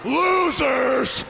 losers